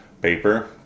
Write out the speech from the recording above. paper